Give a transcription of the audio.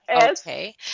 Okay